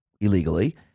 illegally